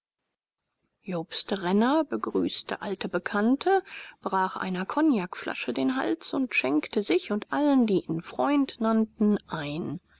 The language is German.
jobst renner begrüßte alte bekannte brach einer kognakflasche den hals und schenkte sich und allen die ihn freund nannten ein